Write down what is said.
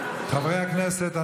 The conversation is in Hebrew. חברי הכנסת,